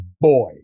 boy